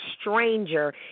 stranger